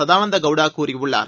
சதானந்த கவுடா கூறியுள்ளார்